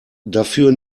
dafür